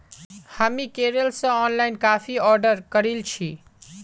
हामी केरल स online coffee order करील छि